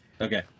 Okay